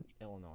Illinois